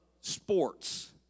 sports